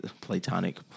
Platonic